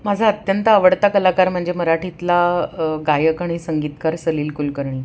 माझा अत्यंत आवडता कलाकार म्हणजे मराठीतला गायक आणि संगीतकार सलील कुलकर्णी